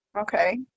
Okay